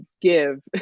give